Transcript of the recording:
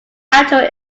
actual